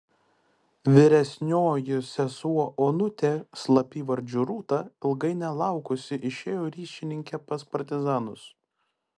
vyresnioji sesuo onutė slapyvardžiu rūta ilgai nelaukusi išėjo ryšininke pas partizanus